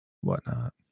whatnot